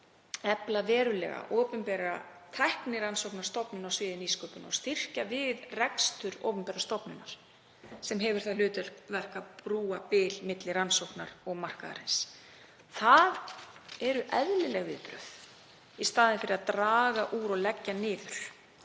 efla verulega opinbera tæknirannsóknastofnun á sviði nýsköpunar og styrkja rekstur opinberrar stofnunar sem hefur það hlutverk að brúa bil milli rannsókna og markaðarins. Það eru eðlileg viðbrögð í staðinn fyrir að draga úr og leggja niður